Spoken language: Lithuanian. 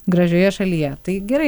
gražioje šalyje tai gerai